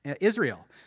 Israel